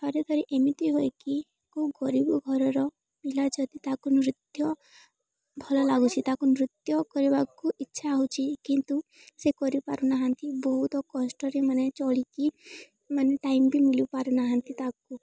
ଥରେ ଥରେ ଏମିତି ହୁଏକି କେଉଁ ଗରିବ ଘରର ପିଲା ଯଦି ତାକୁ ନୃତ୍ୟ ଭଲ ଲାଗୁଛି ତାକୁ ନୃତ୍ୟ କରିବାକୁ ଇଚ୍ଛା ହେଉଛି କିନ୍ତୁ ସେ କରିପାରୁ ନାହାନ୍ତି ବହୁତ କଷ୍ଟରେ ମାନେ ଚଳିକି ମାନେ ଟାଇମ୍ ବି ମିଳୁ ପାରୁନାହାନ୍ତି ତାକୁ